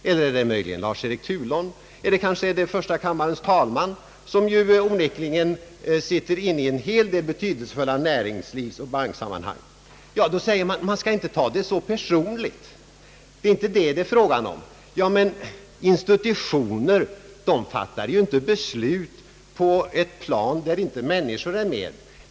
Räknar man till dessa även Lars-Erik Thunholm eller kanske första kammarens talman, som onekligen förekommer i en hel del betydelsefulla näringslivsoch banksammanhang? På sådana frågor svarar socialdemokraterna, att man inte skall ta detta så personligt. Ja, men institutioner fattar ju besluten på ett mänskligt plan.